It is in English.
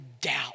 doubt